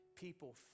people